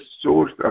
source